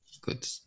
Good